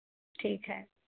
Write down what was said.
ठीक है